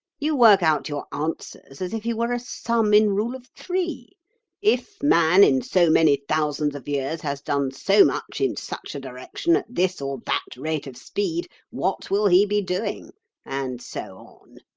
you work out your answers as if he were a sum in rule-of-three if man in so many thousands of years has done so much in such a direction at this or that rate of speed, what will he be doing and so on.